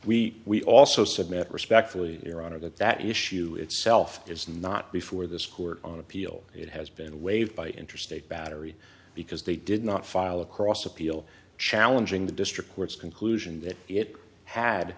we we also submit respectfully your honor that that issue itself is not before this court on appeal it has been waived by intrastate battery because they did not file across appeal challenging the district court's conclusion that it had